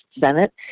Senate